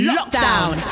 Lockdown